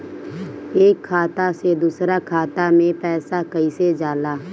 एक खाता से दूसर खाता मे पैसा कईसे जाला?